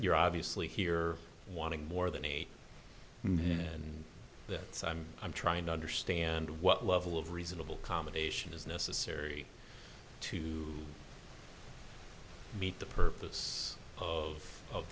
you're obviously here wanting more than eight and that's i'm i'm trying to understand what level of reasonable commendation is necessary to meet the purpose of